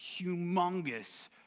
humongous